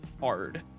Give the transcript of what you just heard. hard